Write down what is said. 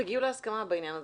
תגיעו להסכמה בעניין הזה.